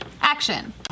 action